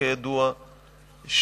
כידוע,